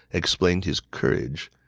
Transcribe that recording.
explained his courage.